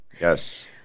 yes